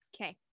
Okay